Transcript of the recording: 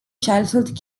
childhood